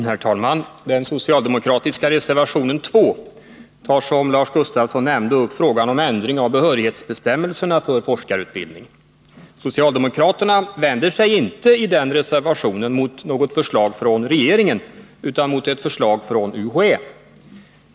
Herr talman! I den socialdemokratiska reservationen 2 tar man, som Lars Gustafsson nämnde, upp frågan om ändring av behörighetsbestämmelserna för forskarutbildning. Socialdemokraterna vänder sig inte i den reservatio nen mot något förslag från regeringen utan från UHÄ.